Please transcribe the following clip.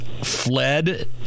fled